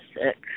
six